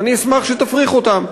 ואני אשמח אם תפריך אותם,